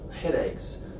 headaches